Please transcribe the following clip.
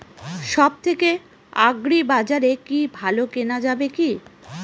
সব থেকে আগ্রিবাজারে কি ভালো কেনা যাবে কি?